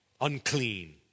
unclean